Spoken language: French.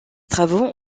travaux